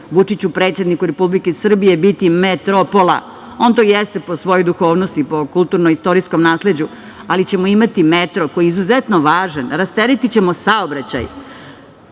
Vučiću, predsedniku Republike Srbije biti metropola. On to jeste po svojoj duhovnosti, po kulturnoistorijskom nasleđu, ali ćemo imati metro koji je izuzetno važan, rasteretićemo saobraćaj. Na